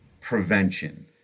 prevention